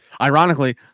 Ironically